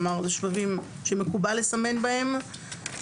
כלומר, בשבבים שמקובל לסמן בהם.